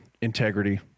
integrity